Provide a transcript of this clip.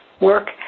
work